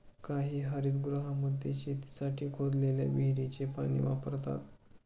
काही हरितगृहांमध्ये शेतीसाठी खोदलेल्या विहिरीचे पाणी वापरतात